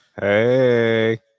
Hey